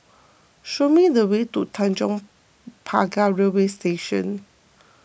show me the way to Tanjong Pagar Railway Station